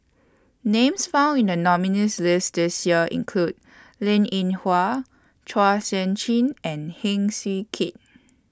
Names found in The nominees' list This Year include Linn in Hua Chua Sian Chin and Heng Swee Keat